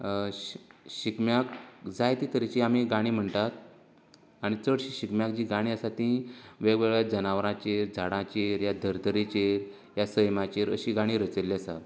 शि शिगम्याक जायते तरेची आमी गाणी म्हणटात आनी चड शिगम्याक जी गाणी आसा ती वेगवेगळ्या जनावरांचेर झाडांचेर ह्या धर्तरेचेर ह्या सैमाचेर अशीं गाणी रचयल्ली आसा